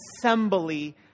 assembly